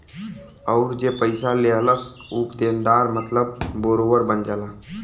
अउर जे पइसा लेहलस ऊ लेनदार मतलब बोरोअर बन जाला